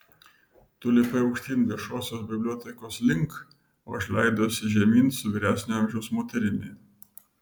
tu lipai aukštyn viešosios bibliotekos link o aš leidausi žemyn su vyresnio amžiaus moterimi